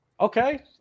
Okay